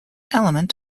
element